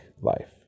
life